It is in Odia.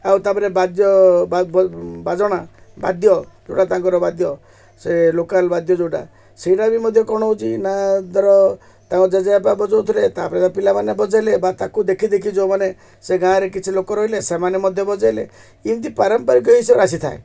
ଆଉ ତାପରେ ବାଦ୍ୟ ବାଜଣା ବାଦ୍ୟ ଯୋଉଟା ତାଙ୍କର ବାଦ୍ୟ ସେ ଲୋକାଲ ବାଦ୍ୟ ଯୋଉଟା ସେଇଟା ବି ମଧ୍ୟ କ'ଣ ହେଉଛି ନା ଧର ତାଙ୍କ ଜେଜେବାପା ବଜାଉଥିଲେ ତାପରେ ପିଲାମାନେ ବଜେଇଲେ ବା ତାକୁ ଦେଖି ଦେଖି ଯୋଉମାନେ ସେ ଗାଁରେ କିଛି ଲୋକ ରହିଲେ ସେମାନେ ମଧ୍ୟ ବଜେଇଲେ ଏମିତି ପାରମ୍ପରିକ ହିସାବରେ ଆସିଥାଏ